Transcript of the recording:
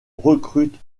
recrute